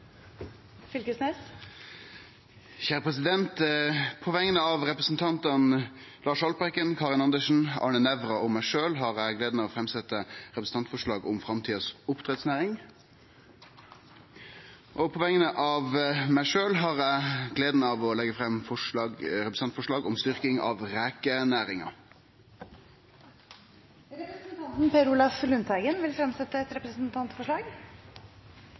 Fylkesnes vil fremsette to representantforslag. På vegner av representantane Lars Haltbrekken, Karin Andersen, Arne Nævra og meg sjølv har eg gleda av å setje fram eit representantforslag om framtidas oppdrettsnæring. Og på vegner av meg sjølv har eg gleda av å leggje fram eit representantforslag om styrking av rekenæringa. Representanten Per Olaf Lundteigen vil fremsette et representantforslag.